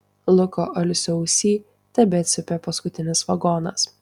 luko alsio ausyj tebecypia paskutinis vagonas